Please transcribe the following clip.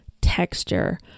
texture